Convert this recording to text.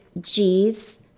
g's